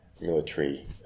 military